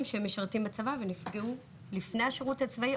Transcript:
שמשרתים בצבא ונפגעו לפני השירות הצבאי,